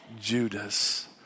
Judas